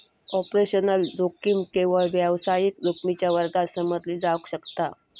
operational जोखीम केवळ व्यावसायिक जोखमीच्या वर्गात समजली जावक शकता